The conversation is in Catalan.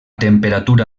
temperatura